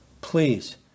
Please